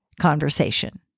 Conversation